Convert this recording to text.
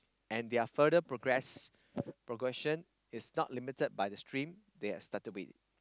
and their further progress progression is not limited by the stream they are started with